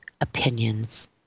opinions